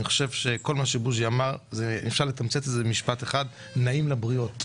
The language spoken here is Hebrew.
אני חושב שכל מה שבוז'י אמר אפשר לתמצת למשפט אחד: הוא נעים לבריות.